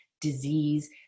disease